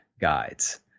guides